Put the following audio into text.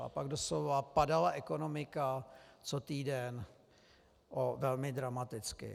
A pak doslova padala ekonomika co týden velmi dramaticky.